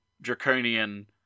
draconian